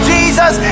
Jesus